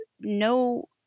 no